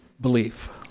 belief